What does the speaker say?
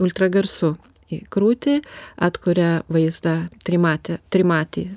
ultragarsu į krūtį atkuria vaizdą trimatę trimatį